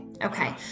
Okay